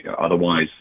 otherwise